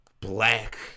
black